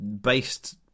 based